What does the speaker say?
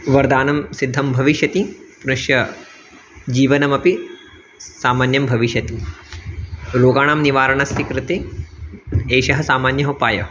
वरदानं सिद्धं भविष्यति पुनश्च जीवनमपि सामान्यं भविष्यति रोगाणां निवारणस्य कृते एषः सामान्यः उपायः